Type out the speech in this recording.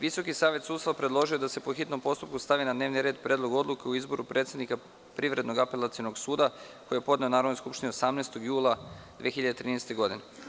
Visoki savet sudstva predložio je da se po hitnom postupku stavi na dnevni red Predlog odluke o izboru predsednika Privrednog apelacionog suda, koji je podneo Narodnoj skupštini 18. jula 2013. godine.